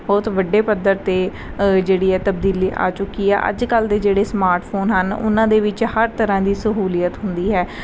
ਬਹੁਤ ਵੱਡੇ ਪੱਧਰ 'ਤੇ ਜਿਹੜੀ ਹੈ ਤਬਦੀਲੀ ਆ ਚੁੱਕੀ ਆ ਅੱਜ ਕੱਲ੍ਹ ਦੇ ਜਿਹੜੇ ਸਮਾਰਟ ਫੋਨ ਹਨ ਉਹਨਾਂ ਦੇ ਵਿੱਚ ਹਰ ਤਰ੍ਹਾਂ ਦੀ ਸਹੂਲੀਅਤ ਹੁੰਦੀ ਹੈ